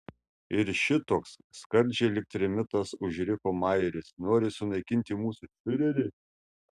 ir šitoks skardžiai lyg trimitas užriko majeris nori sunaikinti mūsų fiurerį